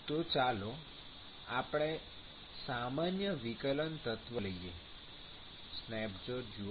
તો ચાલો આપણે સામાન્ય વિકલન તત્વ લઈએ સ્નેપશોટ જુઓ